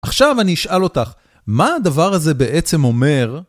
עכשיו אני אשאל אותך, מה הדבר הזה בעצם אומר?